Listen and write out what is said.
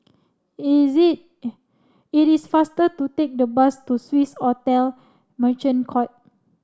is it it is faster to take the bus to Swissotel Merchant Court